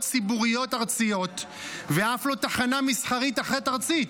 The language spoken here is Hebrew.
ציבוריות ארציות ואף לא תחנה מסחרית אחת ארצית.